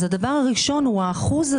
אז לא ברור לי איך